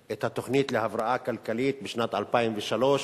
את התוכנית להבראה כלכלית בשנת 2003,